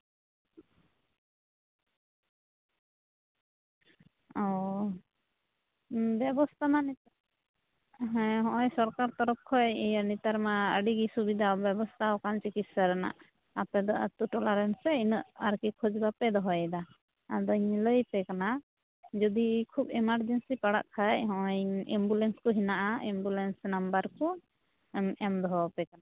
ᱚ ᱵᱮᱵᱚᱥᱛᱟ ᱢᱟ ᱦᱮᱸ ᱦᱚᱸᱜᱼᱚᱭ ᱥᱚᱨᱠᱟᱨ ᱛᱚᱨᱚᱯᱷ ᱠᱷᱚᱱ ᱤᱭᱟᱹ ᱱᱮᱛᱟᱨ ᱢᱟ ᱟᱹᱰᱤ ᱜᱮ ᱥᱩᱵᱤᱫᱷᱟ ᱵᱮᱵᱚᱥᱛᱷᱟᱣᱟᱠᱟᱱ ᱪᱤᱠᱤᱛᱥᱟ ᱨᱮᱭᱟᱜ ᱟᱯᱮ ᱫᱚ ᱟᱹᱛᱩ ᱴᱚᱞᱟ ᱨᱮᱱ ᱥᱮ ᱤᱱᱟᱹᱜ ᱟᱨᱠᱤ ᱠᱷᱳᱡᱽ ᱵᱟᱯᱮ ᱫᱚᱦᱚᱭᱮᱫᱟ ᱟᱫᱚᱧ ᱞᱟᱹᱭᱟᱯᱮ ᱠᱟᱱᱟ ᱡᱩᱫᱤ ᱠᱷᱩᱵᱽ ᱮᱢᱟᱨᱡᱮᱱᱥᱤ ᱯᱟᱲᱟᱜ ᱠᱷᱟᱱ ᱦᱚᱸᱜᱼᱚᱭ ᱮᱢᱵᱩᱞᱮᱱᱥ ᱠᱚ ᱦᱮᱱᱟᱜᱼᱟ ᱮᱢᱵᱩᱞᱮᱱᱥ ᱱᱟᱢᱵᱟᱨ ᱠᱚ ᱮᱢ ᱮᱢ ᱫᱚᱦᱚᱣᱟᱯᱮ ᱠᱟᱱᱟ